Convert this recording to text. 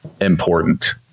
important